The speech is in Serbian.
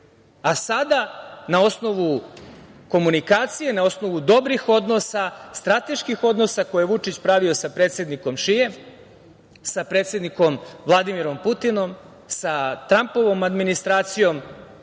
a sada na osnovu komunikacije, na osnovu dobrih odnosa, strateških odnosa koje je Vučić pravio sa predsednikom Šijem, sa predsednikom Vladimirom Putinom, sa Trampovom administracijom